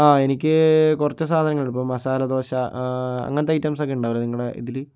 ആ എനിക്ക് കുറച്ച് സാധനങ്ങള് ഇപ്പോൾ മസാലദോശ അങ്ങനത്തെ ഐറ്റംസ് ഒക്കെ ഉണ്ടാവില്ലേ നിങ്ങളുടെ ഇതില്